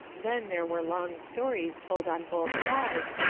then there were long stories told on both sides,